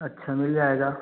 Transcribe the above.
अच्छा मिल जाएगा